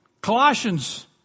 Colossians